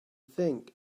think